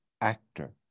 actor